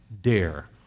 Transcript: dare